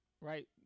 right